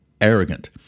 arrogant